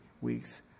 weeks